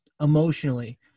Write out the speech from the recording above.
emotionally